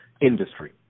industry